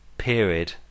period